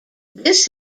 this